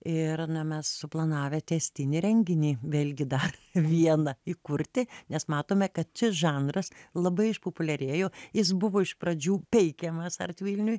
ir na mes suplanavę tęstinį renginį vėlgi dar vieną įkurti nes matome kad šis žanras labai išpopuliarėjo jis buvo iš pradžių peikiamas art vilniuj